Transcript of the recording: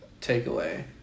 takeaway